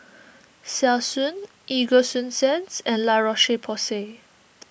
Selsun EgoSunsense and La Roche Porsay